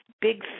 big